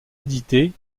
éditée